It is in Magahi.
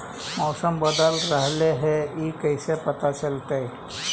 मौसम बदल रहले हे इ कैसे पता चलतै?